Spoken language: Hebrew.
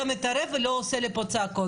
זה לא כמו שצריך,